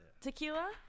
Tequila